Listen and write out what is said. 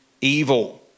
evil